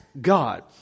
God